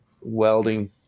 welding